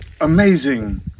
Amazing